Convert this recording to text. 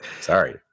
Sorry